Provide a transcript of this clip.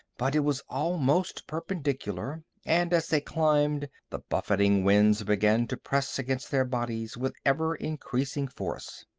but it was almost perpendicular, and as they climbed, the buffeting winds began to press against their bodies with ever-increasing force.